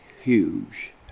huge